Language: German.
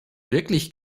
wirklich